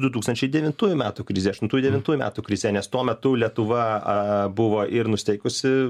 du tūkstančiai devintųjų metų krizė aštuntų devintųjų metų krize nes tuo metu lietuva buvo ir nusiteikusi